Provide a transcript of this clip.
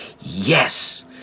yes